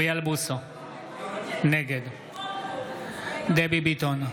נגד דבי ביטון,